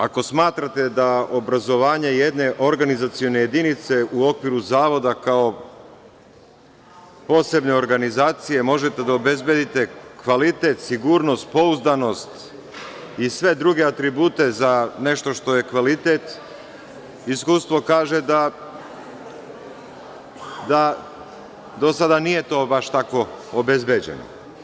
Ako smatrate da obrazovanje jedne organizacione jedinice u okviru Zavoda, kao posebne organizacije, možete da obezbedite kvalitet, sigurnost, pouzdanost i sve druge atribute za nešto što je kvalitet, iskustvo kaže da do sada nije to baš tako obezbeđeno.